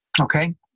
Okay